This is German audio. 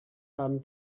haben